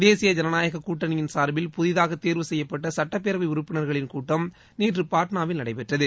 தேசிய ஜனநாயகக் கூட்டணியின் சார்பில் புதிதாகத் தேர்வு செய்யப்பட்ட சட்டப் பேரவை உறுப்பினர்களின் கூட்டம் நேற்று பாட்னாவில் நடைபெற்றது